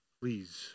please